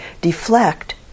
deflect